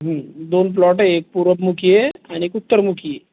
दोन प्लॉट आहे एक पूरबमुखी आहे आणि एक उत्तरमुखी